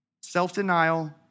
self-denial